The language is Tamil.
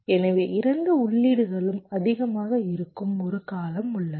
எனவே இரண்டு உள்ளீடுகளும் அதிகமாக இருக்கும் ஒரு காலம் உள்ளது